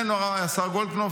השר גולדקנופ,